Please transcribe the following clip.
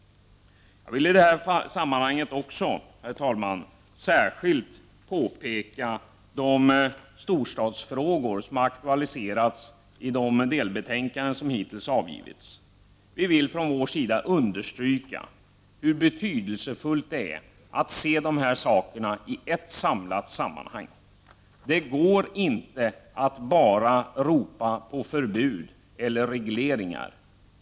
Jag vill i det här sammanhanget också, herr talman, särskilt peka på de storstadsfrågor som aktualiserats i de delbetänkanden som hittills har avgivits. Vi i folkpartiet vill understryka hur betydelsefullt det är att dessa saker ses i ett sammanhang. Det går inte att bara ropa på förbud eller regleringar.